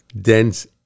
dense